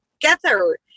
together